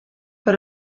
per